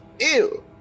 Ew